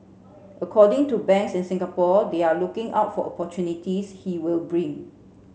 according to banks in Singapore they are looking out for opportunities he will bring